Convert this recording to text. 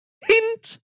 hint